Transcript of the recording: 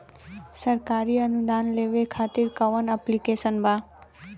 सरकारी अनुदान लेबे खातिर कवन ऐप्लिकेशन बा?